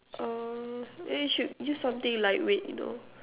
oh then you should use something lightweight you know